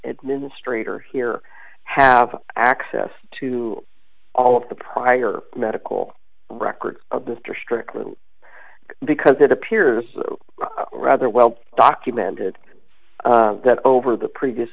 administrator here have access to all of the prior medical records of this district because it appears rather well documented that over the previous